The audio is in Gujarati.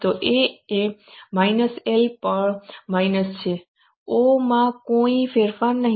તો A એ માઈનસ L પણ માઈનસ છે O માં કોઈ ફેરફાર નથી